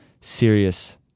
serious